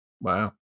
wow